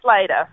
later